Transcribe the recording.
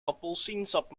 appelsiensap